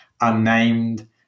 unnamed